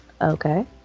Okay